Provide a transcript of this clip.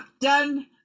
Done